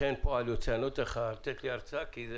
פועל יוצא אני לא אתן לך לתת לי הרצאה כי זה